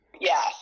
Yes